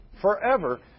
forever